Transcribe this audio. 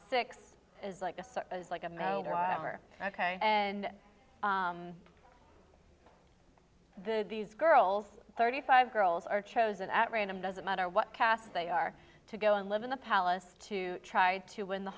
six is like a like and over and these girls thirty five girls are chosen at random doesn't matter what caste they are to go and live in the palace to try to win the